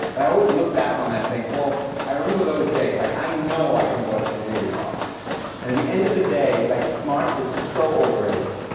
but i always look back on that and think, well, i remember those days, like i know i can work really hard. and at the end of the day, like smarts is so overrated,